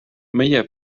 meie